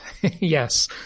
yes